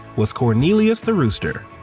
was cornelius the rooster.